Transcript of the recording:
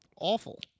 Awful